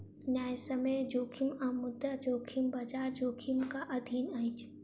न्यायसम्य जोखिम आ मुद्रा जोखिम, बजार जोखिमक अधीन अछि